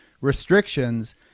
restrictions